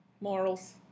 Morals